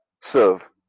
serve